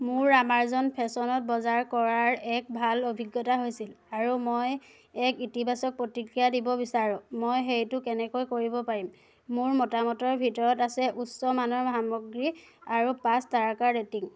মোৰ আমাজন ফেশ্বনত বজাৰ কৰাৰ এক ভাল অভিজ্ঞতা হৈছিল আৰু মই এক ইতিবাচক প্ৰতিক্ৰিয়া দিব বিচাৰোঁ মই সেইটো কেনেকৈ কৰিব পাৰিম মোৰ মতামতৰ ভিতৰত আছে উচ্চ মানৰ সামগ্ৰী আৰু পাঁচ তাৰকাৰ ৰেটিং